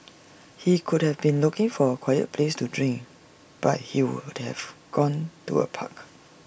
he could have been looking for A quiet place to drink but he would have gone to A park